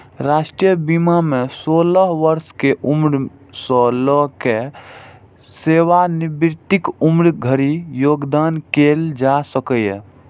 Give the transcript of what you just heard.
राष्ट्रीय बीमा मे सोलह वर्ष के उम्र सं लए कए सेवानिवृत्तिक उम्र धरि योगदान कैल जा सकैए